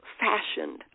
fashioned